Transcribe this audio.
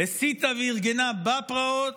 הסיתה וארגנה בפרעות,